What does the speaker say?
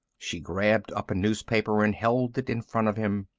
she grabbed up a newspaper and held it in front of him.